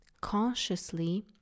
consciously